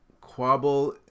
quabble